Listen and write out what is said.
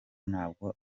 ntabwo